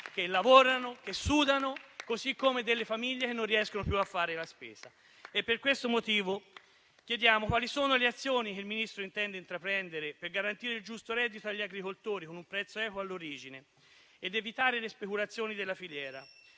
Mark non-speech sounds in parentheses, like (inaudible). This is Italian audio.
che lavorano e sudano, (applause) così come delle famiglie che non riescono più a fare la spesa. Per questo motivo, chiediamo quali sono le azioni che il Ministro intende intraprendere per garantire il giusto reddito agli agricoltori con un prezzo equo all'origine ed evitare le speculazioni della filiera.